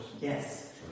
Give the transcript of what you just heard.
Yes